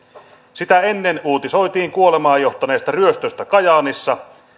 sitä ennen uutisoitiin kuolemaan johtaneesta ryöstöstä kajaanissa